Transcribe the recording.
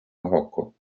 marokko